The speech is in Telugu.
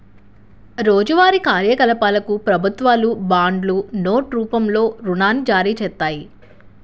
రోజువారీ కార్యకలాపాలకు ప్రభుత్వాలు బాండ్లు, నోట్ రూపంలో రుణాన్ని జారీచేత్తాయి